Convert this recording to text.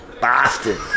Boston